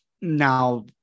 now